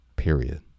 period